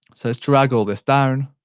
so let's drag all this down.